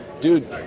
dude